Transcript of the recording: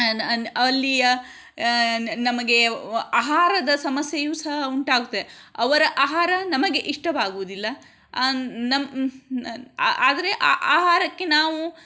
ಅಲ್ಲಿಯ ನಮಗೆ ಆಹಾರದ ಸಮಸ್ಯೆಯು ಸಹ ಉಂಟಾಗುತ್ತೆ ಅವರ ಆಹಾರ ನಮಗೆ ಇಷ್ಟವಾಗುವುದಿಲ್ಲ ಆದರೆ ಆಹಾರಕ್ಕೆ ನಾವು